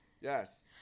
Yes